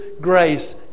grace